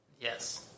Yes